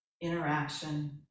interaction